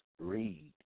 read